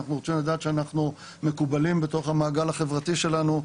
אנחנו רוצים לדעת שאנחנו מקובלים בתוך המעגל החברתי שלנו,